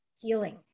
healing